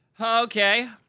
Okay